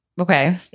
Okay